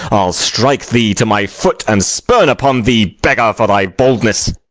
i'll strike thee to my foot and spurn upon thee, beggar, for thy boldness.